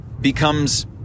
becomes